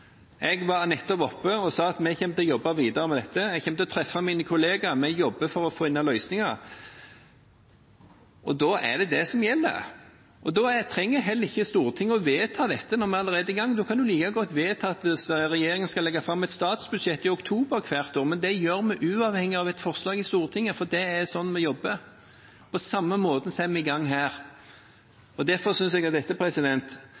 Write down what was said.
Jeg var nettopp oppe og sa at vi kommer til å jobbe videre med dette, at jeg kommer til å treffe mine kolleger, at vi jobber for å finne løsninger. Da er det det som gjelder. Stortinget trenger ikke vedta dette når vi allerede er i gang. Da kan en like godt vedta at regjeringen skal legge fram et statsbudsjett i oktober hvert år, men det gjør vi uavhengig av et forslag i Stortinget, for det er sånn vi jobber. På samme måten er vi i gang her.